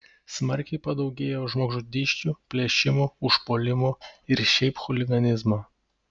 smarkiai padaugėjo žmogžudysčių plėšimų užpuolimų ir šiaip chuliganizmo